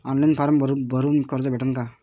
Online form भरून कर्ज भेटन का?